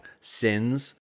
sins